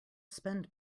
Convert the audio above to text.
spend